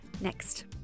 Next